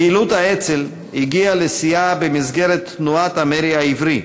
פעילות האצ"ל הגיעה לשיאה במסגרת תנועת המרי העברי,